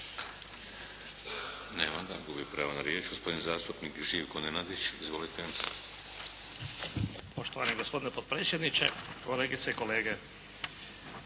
Nema ga, gubi pravo na riječ. Gospodin zastupnik Živko Nenadić. Izvolite. **Nenadić, Živko (HDZ)** Poštovani gospodine potpredsjedniče, kolegice i kolege.